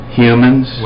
humans